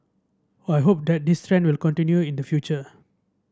I hope that this trend will continue in the future